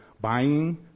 buying